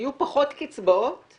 שיהיו פחות קצבאות או